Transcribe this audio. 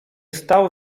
stał